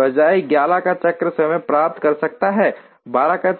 बजाय 11 का चक्र समय प्राप्त कर सकते हैं 12 का चक्र समय